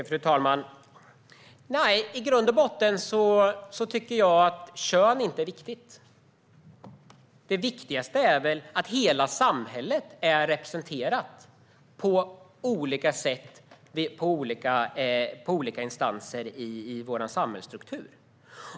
Fru talman! Nej, i grund och botten tycker inte jag att kön är viktigt. Det viktigaste är att hela samhället är representerat på olika sätt i olika instanser i vår samhällsstruktur.